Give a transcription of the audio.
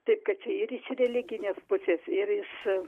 taip kad čia ir religinės pusės ir iš